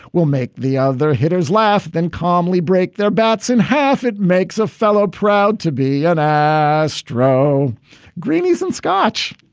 we'll make the other hitters laugh, then calmly break their bouts in half. it makes a fellow proud to be an astro greenies and scotch.